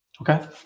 Okay